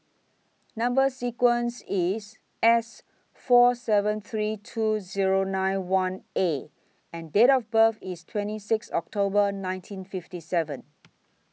Number sequence IS S four seven three two Zero nine one A and Date of birth IS twenty six October nineteen fifty seven